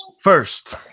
First